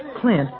Clint